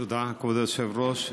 תודה, כבוד היושב-ראש.